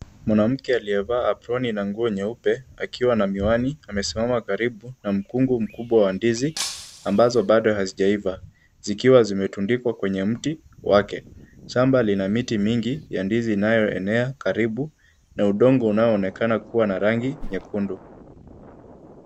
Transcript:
Mwanamke aliyevaa aproni na nguo nyeupe akiwa na miwani amesimama karibu na mkungu mkubwa wa ndizi ambazo bado hazijaiva zikiwa zimetundikwa kwenye mti wake. Shamba lina miti mingi ya ndizi inayoenea karibu na udongo unaoonekana kuwa na rangi nyekundu.